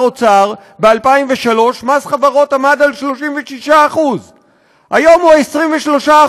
נאוצר ב-2003 מס חברות היה 36%. היום הוא 23%,